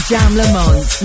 Jam-Lamont